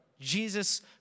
Jesus